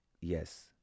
yes